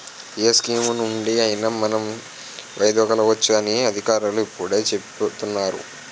ఏ స్కీమునుండి అయినా మనం వైదొలగవచ్చు అని అధికారులు ఇప్పుడే చెప్పేరు నాన్నా